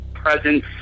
presence